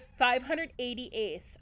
588th